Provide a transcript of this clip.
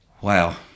Wow